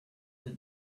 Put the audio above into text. the